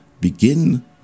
begin